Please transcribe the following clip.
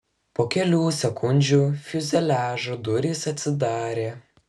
po kelių sekundžių fiuzeliažo durys atsidarė